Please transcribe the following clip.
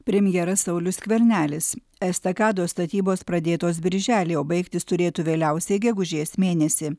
premjeras saulius skvernelis estakados statybos pradėtos birželį o baigtis turėtų vėliausiai gegužės mėnesį